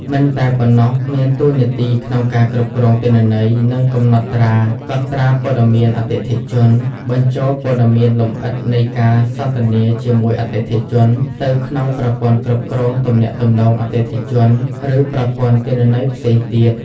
មិនតែប៉ុណ្ណោះ មានតួនាទីក្នុងការគ្រប់គ្រងទិន្នន័យ និងកំណត់ត្រា កត់ត្រាព័ត៌មានអតិថិជន បញ្ចូលព័ត៌មានលម្អិតនៃការសន្ទនាជាមួយអតិថិជនទៅក្នុងប្រព័ន្ធគ្រប់គ្រងទំនាក់ទំនងអតិថិជន ឬប្រព័ន្ធទិន្នន័យផ្សេងទៀត។